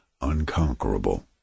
unconquerable